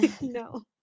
No